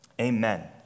Amen